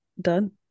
done